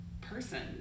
person